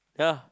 yeah